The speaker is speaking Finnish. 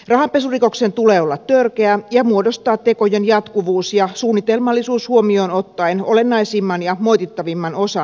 rahanpesurikoksen tulee olla törkeä ja muodostaa tekojen jatkuvuus ja suunnitelmallisuus huomioon ottaen olennaisin ja moitittavin osa rikoskokonaisuudesta